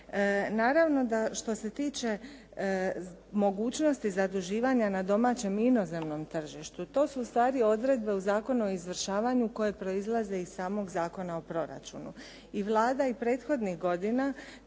Naravno da što se tiče mogućnosti zaduživanja na domaćem i inozemnom tržištu to su ustvari odredbe u Zakonu o izvršavanju koje proizlaze iz samog Zakona o proračunu. I Vlada i prethodnih godina